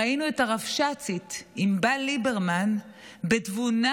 ראינו את הרבש"צית ענבל ליברמן בתבונה